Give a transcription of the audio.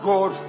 God